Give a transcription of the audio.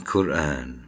Qur'an